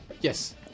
Yes